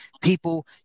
people